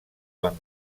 van